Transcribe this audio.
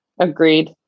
Agreed